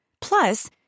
Plus